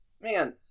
man